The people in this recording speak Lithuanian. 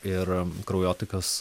ir kraujotakos